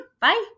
Bye